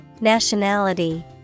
Nationality